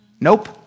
Nope